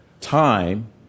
time